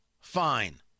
fine